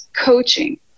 coaching